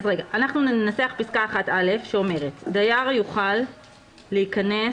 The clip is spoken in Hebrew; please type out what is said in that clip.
אנחנו ננסח פסקה שאומרת: דייר יוכל להיכנס